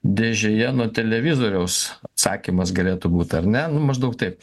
dėžėje nuo televizoriaus atsakymas galėtų būti ar ne maždaug taip